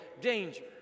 danger